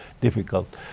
difficult